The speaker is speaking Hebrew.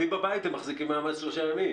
אצלי בבית הם מחזיקים מעמד שלושה ימים.